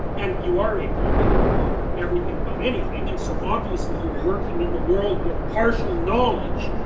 and you are ignorant you don't know everything about anything, and so obviously you're working in the world with partial knowledge,